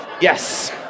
Yes